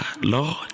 Lord